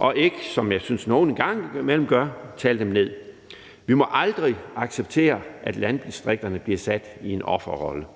og ikke, som jeg synes nogle en gang imellem gør, tale dem ned. Vi må aldrig acceptere, at landdistrikterne bliver sat i en offerrolle.